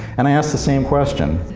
and i asked the same question.